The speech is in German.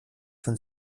von